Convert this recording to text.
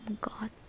God